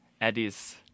Eddie's